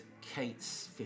Kate's